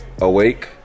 awake